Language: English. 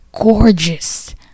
gorgeous